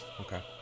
Okay